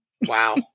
wow